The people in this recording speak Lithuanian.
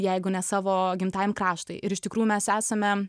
jeigu ne savo gimtajam kraštui ir iš tikrųjų mes esame